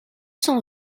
cent